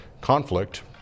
conflict